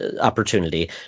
opportunity